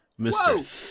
Mr